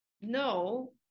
no